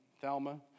Thelma